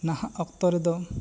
ᱱᱟᱦᱟᱜ ᱚᱠᱛᱚ ᱨᱮᱫᱚ